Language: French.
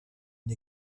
une